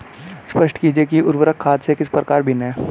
स्पष्ट कीजिए कि उर्वरक खाद से किस प्रकार भिन्न है?